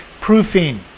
proofing